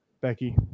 becky